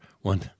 one